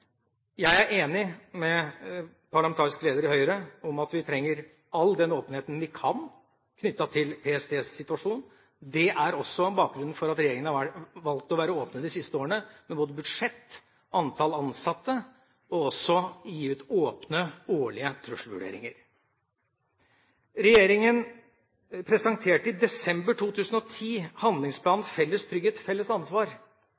Jeg er enig med parlamentarisk leder i Høyre i at vi trenger all den åpenheten vi kan, knyttet til PSTs situasjon. Det er også bakgrunnen for at regjeringa har valgt å være åpen de siste årene, både med hensyn til budsjett og antall ansatte og også med hensyn til å gi åpne årlige trusselvurderinger. Regjeringa presenterte i desember 2010 handlingsplanen «Felles trygghet – felles ansvar»